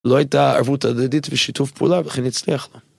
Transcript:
לא הייתה ערבות הדדית ושיתוף פעולה, ולכן הצליח...